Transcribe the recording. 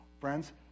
Friends